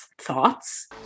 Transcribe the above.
thoughts